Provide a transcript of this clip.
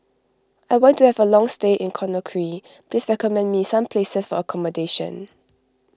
I want to have a long stay in Conakry please recommend me some places for accommodation